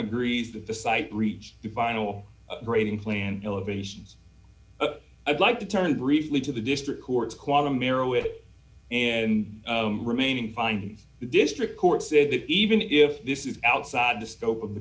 agrees that the site reached the final grading plan elevations i'd like to turn briefly to the district courts quantum mero it and remaining fine the district court said that even if this is outside the scope of the